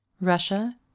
Russia